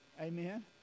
Amen